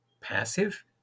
passive